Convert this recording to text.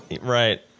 Right